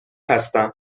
هستم